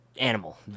animal